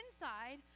inside